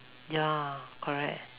ya correct